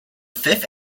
fifth